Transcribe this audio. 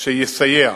שיסייע